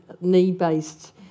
knee-based